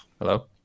Hello